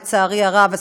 לצערי הרב,